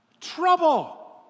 trouble